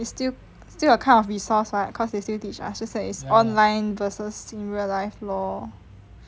is still still kind of resource lah cause they still teach us just that it's online versus in real life lor